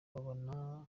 babona